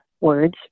words